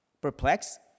perplexed